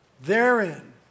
Therein